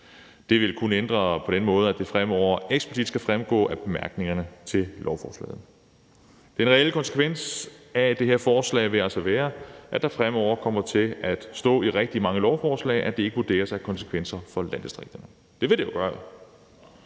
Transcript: Det vil kun blive ændret på den måde, at det fremover eksplicit skal fremgå af bemærkningerne til lovforslaget. Den reelle konsekvens af det her forslag vil altså være, at der fremover kommer til at stå i rigtig mange lovforslag, at det ikke vurderes at have konsekvenser for landdistrikterne. Det vil det jo være.